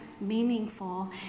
meaningful